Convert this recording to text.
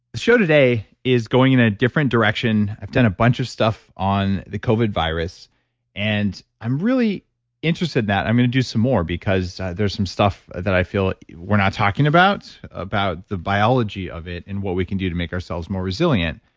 show today is going in a different direction. i've done a bunch of stuff on the covid virus and i'm really interested in that. i'm going to do some more because there's some stuff that i feel we're not talking about, about the biology of it and what we can do to make ourselves more resilient,